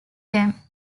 them